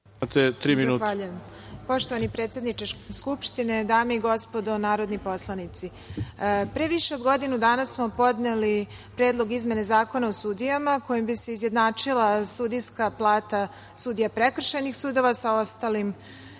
Zahvaljujem. Poštovani predsedniče Skupštine, dame i gospodo narodni poslanici, pre više od godinu dana smo podneli Predlog izmene Zakona o sudijama kojim bi se izjednačila sudijska plata sudija prekršajnih sudova sa ostalim